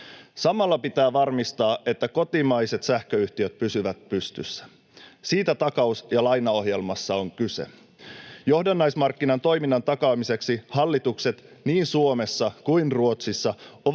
Samalla pitää varmistaa, että kotimaiset sähköyhtiöt pysyvät pystyssä. Siitä takaus- ja lainaohjelmassa on kyse. Johdannaismarkkinan toiminnan takaamiseksi hallitukset niin Suomessa kuin Ruotsissa